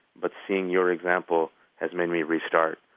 but seeing your example has made me restart.